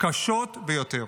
קשות ביותר.